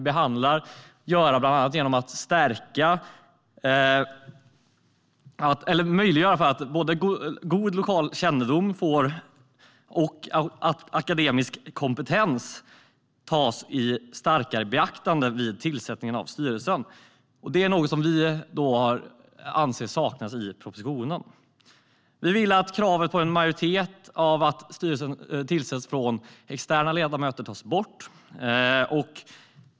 Det handlar bland annat om att möjliggöra att både god lokal kännedom och akademisk kompetens i högre grad tas i beaktande vid tillsättning av styrelser. Det är något som vi anser saknas i propositionen. Vi vill att kravet på att en majoritet av styrelsens ledamöter ska vara externa tas bort.